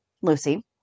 Lucy